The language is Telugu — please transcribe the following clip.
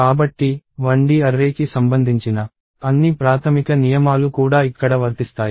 కాబట్టి 1D అర్రే కి సంబంధించిన అన్ని ప్రాథమిక నియమాలు కూడా ఇక్కడ వర్తిస్తాయి